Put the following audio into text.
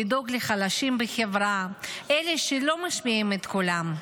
לדאוג לחלשים בחברה, אלה שלא משמיעים את קולם.